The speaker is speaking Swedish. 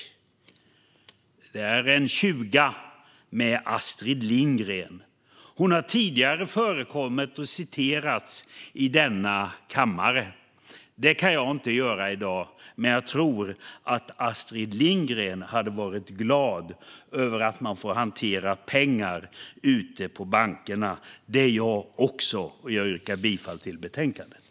Jag håller nu upp en tjuga med Astrid Lindgrens bild. Hon har tidigare nämnts och citerats i denna kammare. Det kan jag inte göra i dag, men jag tror att Astrid Lindgren hade varit glad över att man får hantera pengar ute på bankerna. Det är jag också. Jag yrkar bifall till förslaget i betänkandet.